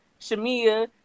Shamia